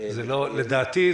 לדעתי,